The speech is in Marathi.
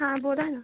हां बोला ना